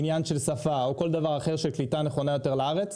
עניין של שפה או כל דבר אחר של קליטה נכונה יותר לארץ,